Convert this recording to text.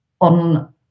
on